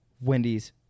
Wendy's